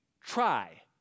try